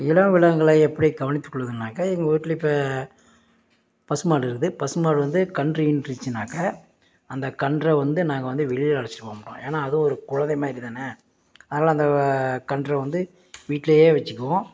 இளம் விலங்குகளை எப்படி கவனித்துக்கொள்வதுனாக்க எங்கள் வீட்ல இப்போ பசு மாடு இருக்குது பசு மாடு வந்து கன்று ஈன்றுச்சுனாக்க அந்த கன்று வந்து நாங்கள் வந்து வெளியில் அலச்சிட்டு போக மாட்டோம் ஏன்னா அதுவும் ஒரு குழந்தை மாதிரி தான் அதனா அந்த கன்று வந்து வீட்லேயே வச்சிக்குவோம்